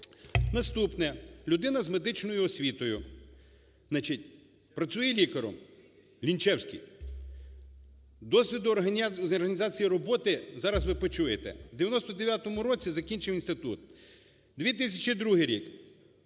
Наступне: людина з медичною освітою, працює лікарем, Лінчевський. Досвід з організації роботи, зараз ви почуєте. В 1999 році закінчив інститут. 2002 рік.